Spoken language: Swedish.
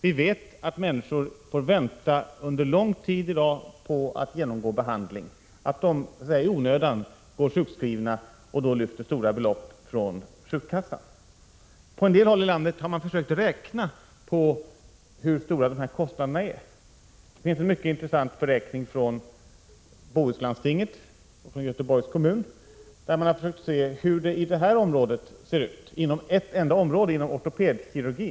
Vi vet att människor i dag får vänta under lång tid på att få genomgå behandling och att de då så att säga i onödan går sjukskrivna och lyfter stora belopp från sjukkassan. På en del håll i landet har man försökt räkna ut hur stora dessa kostnader är. Det finns en mycket intressant beräkning från Bohuslandstinget och från Göteborgs kommun, där man har försökt se hur det ser ut inom regionen, inom ett enda område, nämligen ortopedisk kirurgi.